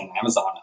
Amazon